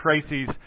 Tracy's